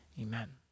amen